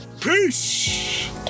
peace